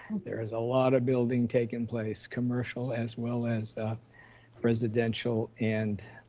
there is a lot of building taking place, commercial as well as residential and